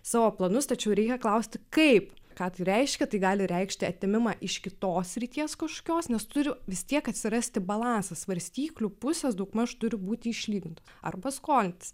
savo planus tačiau reikia klausti kaip ką tai reiškia tai gali reikšti atėmimą iš kitos srities kažkokios nes turi vis tiek atsirasti balansas svarstyklių pusės daugmaž turi būti išlygintos arba skolintis